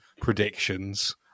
predictions